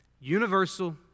Universal